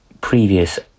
previous